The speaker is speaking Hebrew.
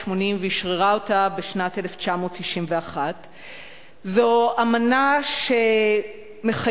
ואשררה אותה בשנת 1991. זו אמנה שמחייבת,